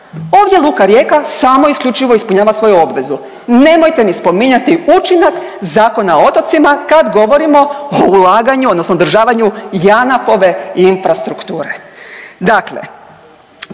ovdje Luka Rijeka samo i isključivo ispunjava svoju obvezu. Nemojte mi spominjati učinak Zakona o otocima kad govorimo o ulaganju odnosno o održavanju Janafove infrastrukture.